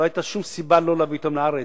לא היתה שום סיבה לא להביא אותם לארץ.